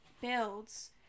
builds